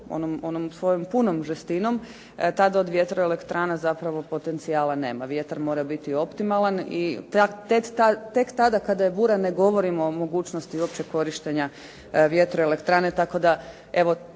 onom svojom žestinom, tada od vjetroelektrana potencijala nema, vjetar mora biti optimalan, tek tada kada je bura ne govorimo o mogućnosti uopće korištenja vjetroelektrane, na neki